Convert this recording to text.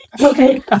Okay